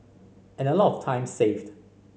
and a lot of time saved